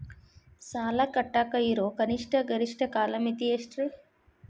ಸಾಲ ಕಟ್ಟಾಕ ಇರೋ ಕನಿಷ್ಟ, ಗರಿಷ್ಠ ಕಾಲಮಿತಿ ಎಷ್ಟ್ರಿ?